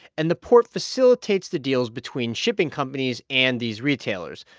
and the port facilitates the deals between shipping companies and these retailers.